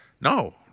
no